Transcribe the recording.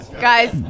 guys